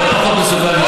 לא פחות מסוכן.